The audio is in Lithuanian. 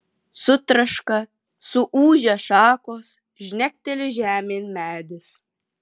sutraška suūžia šakos žnekteli žemėn medis